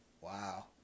wow